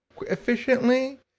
efficiently